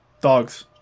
dogs